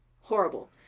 horrible